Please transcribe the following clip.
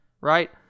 right